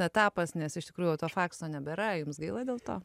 etapas nes iš tikrųjų jau to fakso nebėra jums gaila dėl to